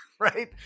Right